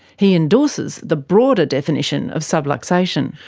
he endorses the broader definition of subluxation.